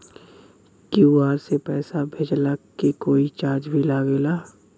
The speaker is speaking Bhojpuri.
क्यू.आर से पैसा भेजला के कोई चार्ज भी लागेला?